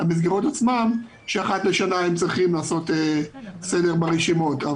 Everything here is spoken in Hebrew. למסגרות עצמן שאחת לשנה הם צריכים לעשות סדר ברשימות.